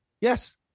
Yes